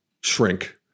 shrink